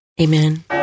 Amen